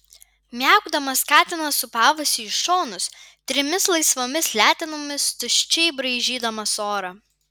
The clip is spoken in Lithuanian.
miaukdamas katinas sūpavosi į šonus trimis laisvomis letenomis tuščiai braižydamas orą